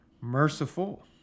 merciful